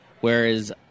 Whereas